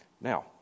Now